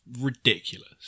ridiculous